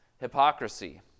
hypocrisy